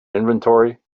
inventory